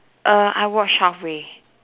err I watch halfway